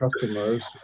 customers